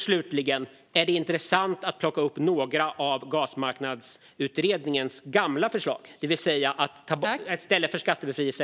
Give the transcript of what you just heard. Slutligen: Är det intressant att ta upp några av Biogasmarknadsutredningens gamla förslag, det vill säga att ha stöd i stället för skattebefrielse?